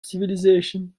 civilization